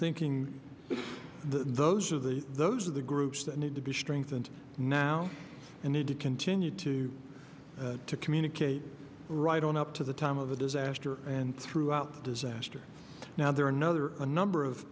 thinking those are the those are the groups that need to be strengthened now and then to continue to to communicate right on up to the time of the disaster and throughout disaster now there are another a number of